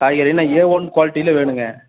காய்கறி என்ன A one குவாலிட்டியில வேணும்ங்க